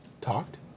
Talked